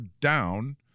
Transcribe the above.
down